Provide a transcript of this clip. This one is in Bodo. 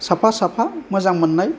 साफा साफा मोजां मोन्नाय